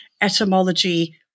etymology